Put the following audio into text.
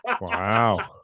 Wow